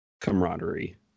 camaraderie